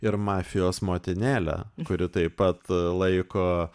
ir mafijos motinėlę kuri taip pat laiko